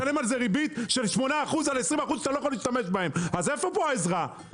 להשתמש בהם ומשלמים עליהם ריבית של 8%. איפה העזרה פה?